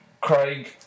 Craig